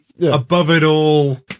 above-it-all